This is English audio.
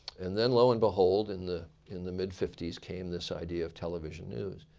and then lo and behold in the in the mid fifty s came this idea of television news.